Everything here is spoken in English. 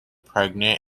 pregnant